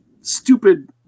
stupid